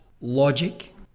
logic